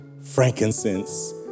frankincense